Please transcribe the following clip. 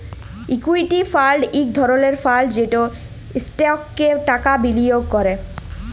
equity fund ইক ধরলের fund যেট ইস্টকসে টাকা বিলিয়গ ক্যরে